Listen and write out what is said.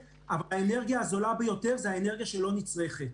האנרגיה הזולה ביותר זה האנרגיה שלא נצרכת.